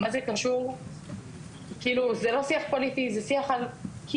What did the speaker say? מה זה קשור, זה לא שיח פוליטי, זה שיח על קיום.